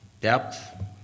Depth